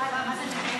רגע, מה זה נגד?